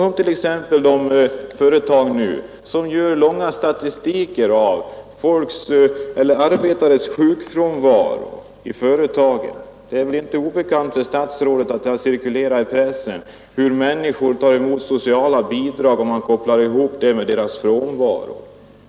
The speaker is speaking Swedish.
Ta t.ex. de företag som gör statistik över arbetares sjukfrånvaro! Det är väl inte obekant för statsrådet — det har cirkulerat i pressen — att man kopplar ihop sociala bidrag, som människor tar emot, med deras frånvaro.